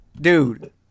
dude